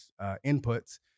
inputs